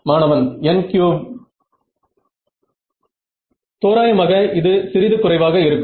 மாணவன் n cube தோராயமாக இது சிறிது குறைவாக இருக்கும்